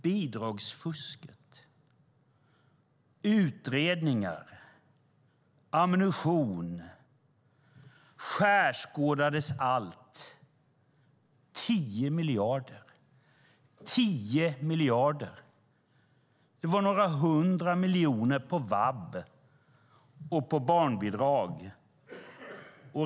Bidragsfusket, utredningar och ammunition - allt har skärskådats: Det uppgick till 10 miljarder - 10 miljarder. Det var några hundra miljoner på vab och barnbidrag.